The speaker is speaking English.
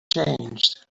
changed